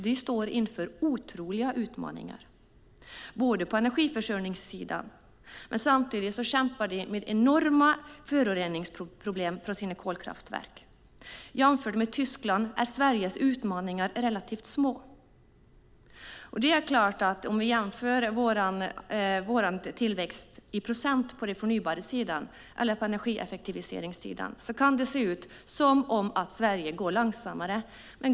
De står inför otroliga utmaningar på energiförsörjningssidan och samtidigt kämpar de med enorma föroreningsproblem från sina kolkraftverk. Jämfört med Tyskland är Sveriges utmaningar relativt små. Jämför vi vår tillväxt i procent på den förnybara sidan eller på energieffektiviseringssidan kan det se ut som om Sverige går långsammare.